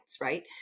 right